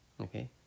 okay